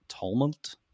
Tumult